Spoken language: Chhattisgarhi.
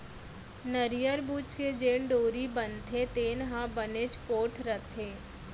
नरियर बूच के जेन डोरी बनथे तेन ह बनेच पोठ रथे